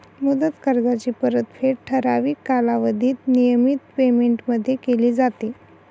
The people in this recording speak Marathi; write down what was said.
मुदत कर्जाची परतफेड ठराविक कालावधीत नियमित पेमेंटमध्ये केली जाते